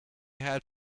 had